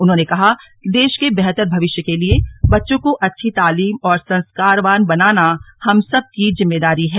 उन्होंने कहा कि देश के बेहतर भविष्य के लिये बच्चों को अच्छी तालीम और संस्कारवान बनाना हम सबकी जिम्मेदारी है